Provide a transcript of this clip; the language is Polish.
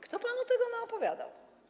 Kto panu tego naopowiadał?